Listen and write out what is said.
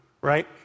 right